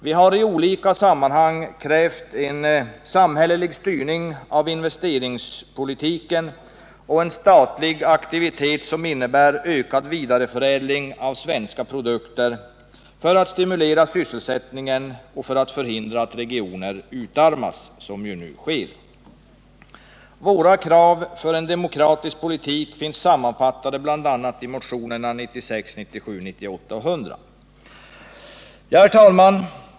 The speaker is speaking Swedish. Vi har i olika sammanhang krävt en samhällelig styrning av investeringspolitiken och en statlig aktivitet som innebär ökad vidareförädling av svenska produkter för att man skall stimulera sysselsättningen och förhindra att regioner utarmas, vilket nu sker. Våra krav för en demokratisk politik finns sammanfattade bl.a. i motionerna 96, 97, 98 och 100. Herr talman!